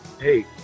Hey